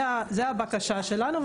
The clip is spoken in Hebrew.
זה הבקשה שלנו.